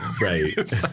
Right